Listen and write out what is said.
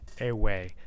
away